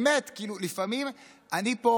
באמת, לפעמים אני אומר, זה השיא.